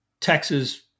Texas